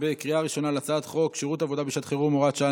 בקריאה ראשונה על הצעת חוק שירות עבודה בשעת חירום (הוראת שעה,